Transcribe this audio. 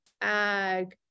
ag